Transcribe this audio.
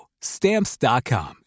Stamps.com